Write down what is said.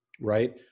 Right